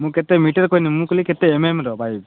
ମୁଁ କେତେ ମିଟର କହିନି ମୁଁ କହିଲି କେତେ ଏମ୍ଅମ୍ର ପାଇପ୍